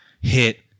hit